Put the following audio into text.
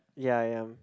ya I am